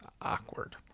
Awkward